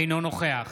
אינו נוכח